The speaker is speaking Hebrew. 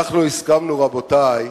אנחנו הסכמנו, רבותי,